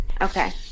Okay